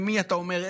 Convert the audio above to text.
למי אתה אומר,